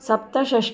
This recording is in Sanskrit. सप्तषष्